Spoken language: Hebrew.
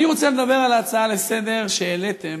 אני רוצה לדבר על ההצעה לסדר-היום שהעליתם,